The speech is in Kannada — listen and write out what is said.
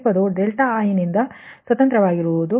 ಈ ಪದವು i ನಿಂದ ಸ್ವತಂತ್ರವಾಗಿರುತ್ತದೆ